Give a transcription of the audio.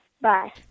Bye